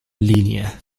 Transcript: linear